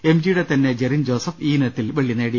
M ജിയുടെ തന്നെ ജെറിൻ ജോസഫ് ഈയിനത്തിൽ വെള്ളി നേടി